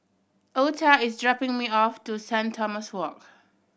Ota is dropping me off to Saint Thomas Walk